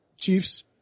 Chiefs